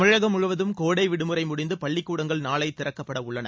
தமிழகம் முழுவதும் கோடை விடுமுறை முடிந்து பள்ளிக் கூடங்கள் நாளை திறக்கப்படவுள்ளன